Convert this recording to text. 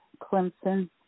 Clemson